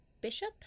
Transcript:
Bishop